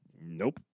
nope